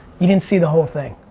you didn't see the whole thing.